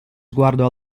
sguardo